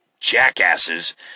jackasses